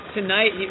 Tonight